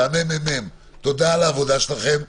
ה-מ.מ.מ, תודה על העבודה שלכם.